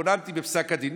התבוננתי בפסק הדין,